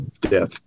death